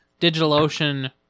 DigitalOcean